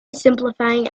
simplifying